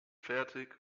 fertig